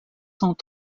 cent